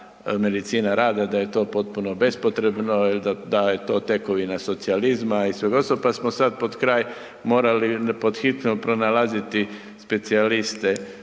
medicina rada da je to potpuno bespotrebno, da je to tekovina socijalizma i svega ostalog, pa smo sad pod kraj morali pod hitno pronalaziti specijaliste